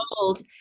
old